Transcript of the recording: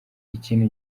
ikintu